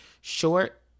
short